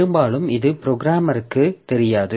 பெரும்பாலும் இது புரோகிராமருக்கு தெரியாது